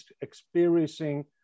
experiencing